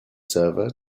server